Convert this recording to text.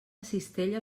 cistella